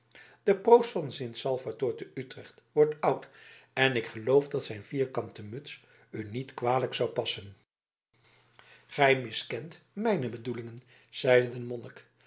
de proost van sint salvator te utrecht wordt oud en ik geloof dat zijn vierkante muts u niet kwalijk zou passen gij miskent mijne bedoelingen zeide de